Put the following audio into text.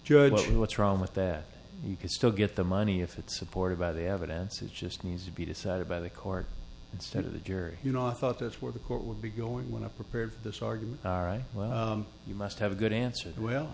judge what's wrong with that you can still get the money if it's supported by the evidence it just needs to be decided by the court instead of the jury you know i thought that's where the court would be going when i prepared this argument you must have a good answer and well